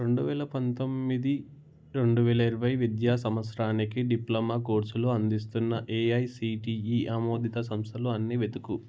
రెండు వేల పంతొమ్మిది రెండు వేల ఇరవై విద్యా సంవత్సరానికి డిప్లమా కోర్సులు అందిస్తున్న ఏఐసిటిఈ ఆమోదిత సంస్థలు అన్ని వెతుకు